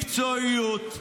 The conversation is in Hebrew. מקצועיות,